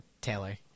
Taylor